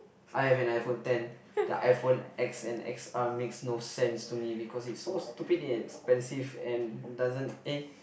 I've an iPhone ten the iPhone X and X_R makes no sense to me because it's so stupidly expensive and it doesn't eh